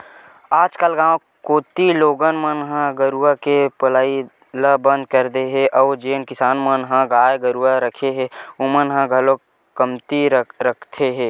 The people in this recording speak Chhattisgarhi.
आजकल गाँव कोती लोगन मन गाय गरुवा के पलई ल बंद कर दे हे अउ जेन किसान मन ह गाय गरुवा रखे हे ओमन ह घलोक कमती रखे हे